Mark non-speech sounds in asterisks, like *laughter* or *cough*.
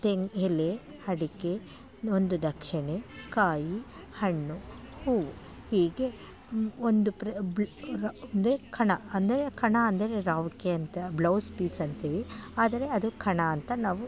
ತೆಂಗು ಎಲೆ ಅಡಿಕೆ ಒಂದು ದಕ್ಷಿಣೆ ಕಾಯಿ ಹಣ್ಣು ಹೂವು ಹೀಗೆ ಒಂದು *unintelligible* ಕಣ ಅಂದರೆ ಕಣ ಅಂದರೆ ರವ್ಕೆ ಅಂತ ಬ್ಲೌಸ್ ಪೀಸ್ ಅಂತೀವಿ ಆದರೆ ಅದು ಕಣ ಅಂತ ನಾವು